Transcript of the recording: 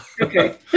okay